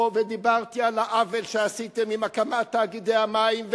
ודיברתי על העוול שעשיתם עם הקמת תאגידי המים,